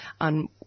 on